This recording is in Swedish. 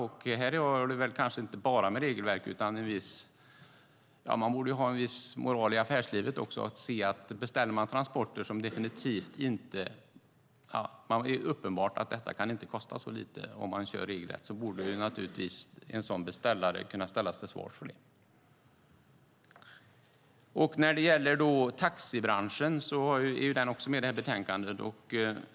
Det har kanske inte bara med regelverket att göra. Man borde ha en viss moral i affärslivet också. En som beställer transporter som det är uppenbart inte kan kosta så lite, om det körs regelrätt, borde naturligtvis kunna ställas till svars för det. Taxibranschen är också med i det här betänkandet.